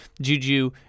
Juju